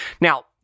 Now